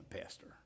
pastor